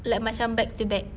like macam back to back